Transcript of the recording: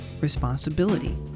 responsibility